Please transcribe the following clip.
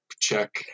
check